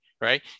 right